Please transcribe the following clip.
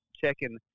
checking –